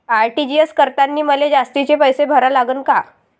RTGS करतांनी मले जास्तीचे पैसे भरा लागन का?